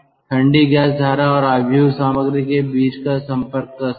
ठंडी गैस धारा और मैट्रिक्स सामग्री के बीच का संपर्क का समय